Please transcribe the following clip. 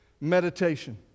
Meditation